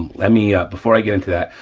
like i mean before i get into that,